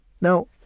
now